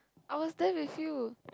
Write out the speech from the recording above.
I was there with you